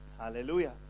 Hallelujah